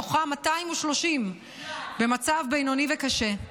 מהם 230 במצב בינוני וקשה.